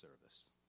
service